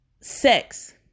Sex